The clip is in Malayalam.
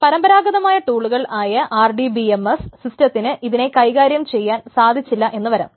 പരമ്പരാഗതമായ ടൂളുകൾ ആയ RDBMS സിസ്റ്റത്തിന് ഇതിനെ കൈകാര്യം ചെയ്യാൻ സാധിച്ചെന്നു വരില്ല